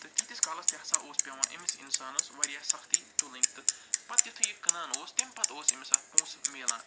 تہٕ تیٖتِس کالَس تہِ ہسا اوس پٮ۪وان أمِس اِنسانَس واریاہ سختی تُلٕنۍ تہٕ پتہٕ یُتھُے یہِ کٕنان اوس تَمہِ پتہٕ اوس یہِ أمِس اَتھ پونٛسہٕ مِلان